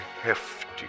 hefty